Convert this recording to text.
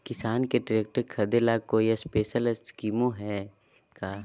किसान के ट्रैक्टर खरीदे ला कोई स्पेशल स्कीमो हइ का?